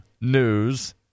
news